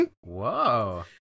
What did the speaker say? Whoa